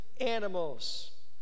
animals